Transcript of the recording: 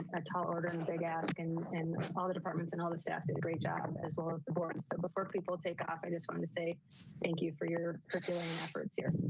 and tall order, and big ask and and all the departments and all the staff did a great job, as well as the board and said before people take off. i just wanted to say thank you for your efforts here.